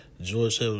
George